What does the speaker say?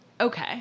Okay